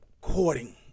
courting